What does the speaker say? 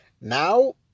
Now